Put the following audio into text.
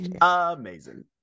amazing